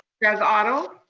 doug otto.